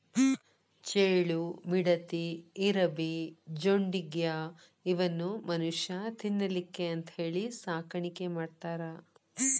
ಚೇಳು, ಮಿಡತಿ, ಇರಬಿ, ಜೊಂಡಿಗ್ಯಾ ಇವನ್ನು ಮನುಷ್ಯಾ ತಿನ್ನಲಿಕ್ಕೆ ಅಂತೇಳಿ ಸಾಕಾಣಿಕೆ ಮಾಡ್ತಾರ